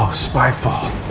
ah spyfall.